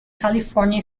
california